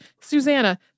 Susanna